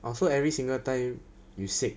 orh so every single time you sick